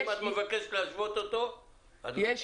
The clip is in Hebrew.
אם את מבקשת להשוות אותו --- אני יודעת,